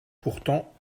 pourtant